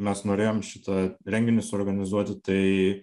mes norėjom šitą renginį suorganizuoti tai